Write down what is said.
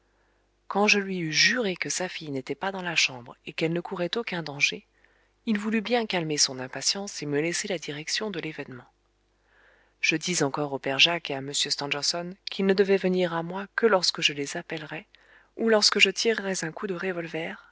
quand je lui eus juré que sa fille n'était pas dans la chambre et qu'elle ne courait aucun danger il voulut bien calmer son impatience et me laisser la direction de l'événement je dis encore au père jacques et à m stangerson qu'ils ne devaient venir à moi que lorsque je les appellerais ou lorsque je tirerais un coup de revolver